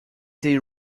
they